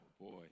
boy